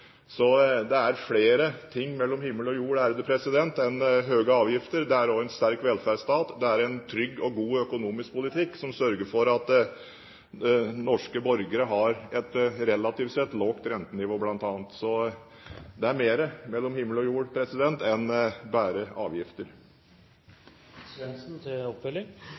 Så det er flere ting mellom himmel og jord enn høye avgifter – det er en sterk velferdsstat, det er en trygg og god økonomisk politikk som sørger for at norske borgere har et, relativt sett, lavt rentenivå, bl.a. Så det er mer mellom himmel og jord enn bare avgifter.